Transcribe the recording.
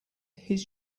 his